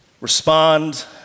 respond